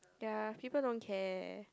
ya people don't care